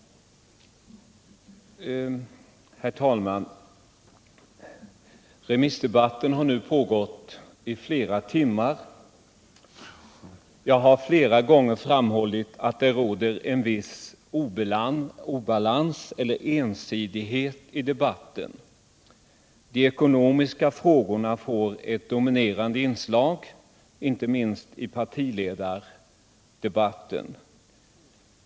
Herr talman! Remissdebatten har nu pågått i många timmar. Jag har flera gånger tidigare framhållit att det råder en viss obalans eller ensidighet i debatten. De ekonomiska frågorna får ett dominerande inslag inte minst i partiledardebatten.